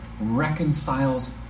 reconciles